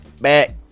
Back